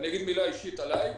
אני אומר מילה אישית עלי.